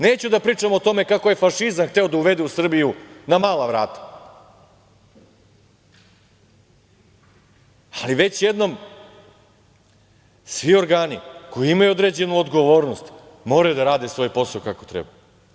Neću da pričam o tome kako je fašizam hteo da uvede u Srbiju na mala vrata, ali već jednom svi organi koji imaju određenu odgovornost moraju da rade svoj posao kako treba.